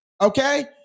okay